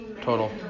total